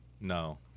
No